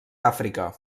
àfrica